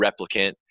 replicant